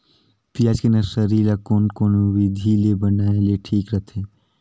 पियाज के नर्सरी ला कोन कोन विधि ले बनाय ले ठीक रथे?